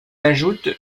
ajoute